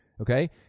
Okay